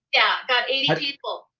yeah, got eighty people.